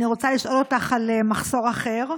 אני רוצה לשאול אותך על מחסור אחר,